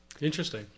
Interesting